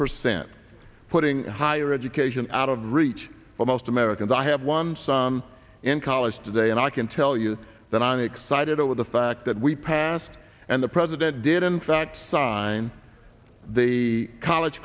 percent putting higher education out of reach for most americans i have one some in college today and i can tell you that i'm excited over the fact that we passed and the president did in fact sign the college